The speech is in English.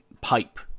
pipe